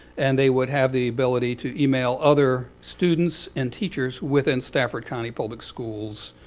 and they would have the ability to email other students and teachers within stafford county public schools'